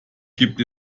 gibt